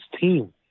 team